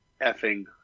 effing